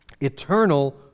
eternal